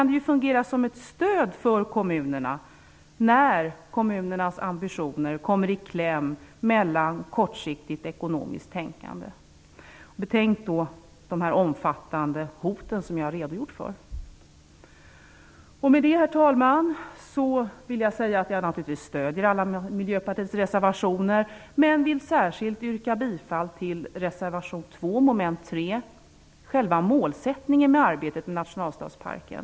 Detta kan fungera som ett stöd för kommunerna när kommunernas ambitioner kommer i kläm i det kortsiktiga ekonomiska tänkandet. Tänk på de omfattande hoten jag har redogjort för. Herr talman! Jag stöder naturligtvis Miljöpartiets alla reservationer. Men jag vill särskilt yrka bifall till reservation 2, mom. 3, själva målsättningen med arbetet med nationalstadsparken.